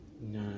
No